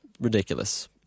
Ridiculous